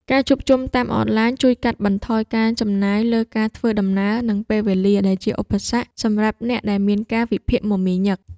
ការជួបជុំតាមអនឡាញជួយកាត់បន្ថយការចំណាយលើការធ្វើដំណើរ និងពេលវេលា ដែលជាឧបសគ្គសម្រាប់អ្នកដែលមានកាលវិភាគមមាញឹក។